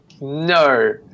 no